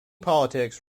politics